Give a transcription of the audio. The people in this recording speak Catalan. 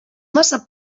massa